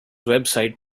website